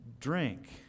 drink